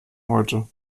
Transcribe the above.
heute